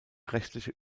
rechtliche